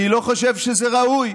אני לא חושב שזה ראוי.